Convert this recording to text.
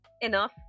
enough